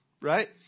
right